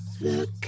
Look